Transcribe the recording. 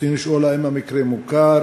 רצוני לשאול: 1. האם המקרה מוכר?